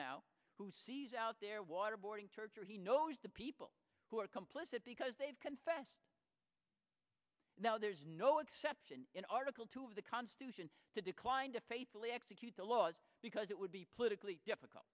now who sees out there waterboarding torture he knows the people who are complicit because they've confessed now there is no exception in article two of the constitution to decline to faithfully execute the laws because it would be politically difficult